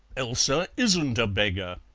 elsa isn't a beggar!